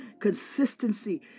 Consistency